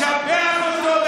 משבח אותו,